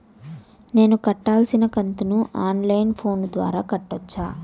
నేను కట్టాల్సిన కంతును ఆన్ లైను ఫోను ద్వారా కట్టొచ్చా?